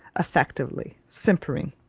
affectedly simpering,